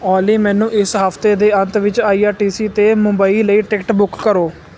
ਓਲੀ ਮੈਨੂੰ ਇਸ ਹਫਤੇ ਦੇ ਅੰਤ ਵਿੱਚ ਆਈ ਆਰ ਟੀ ਸੀ 'ਤੇ ਮੁੰਬਈ ਲਈ ਟਿਕਟ ਬੁੱਕ ਕਰੋ